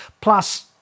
Plus